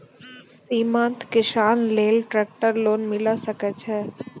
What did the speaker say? सीमांत किसान लेल ट्रेक्टर लोन मिलै सकय छै?